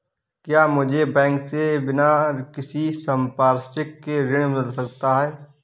क्या मुझे बैंक से बिना किसी संपार्श्विक के ऋण मिल सकता है?